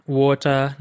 water